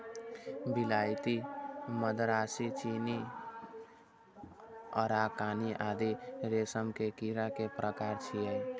विलायती, मदरासी, चीनी, अराकानी आदि रेशम के कीड़ा के प्रकार छियै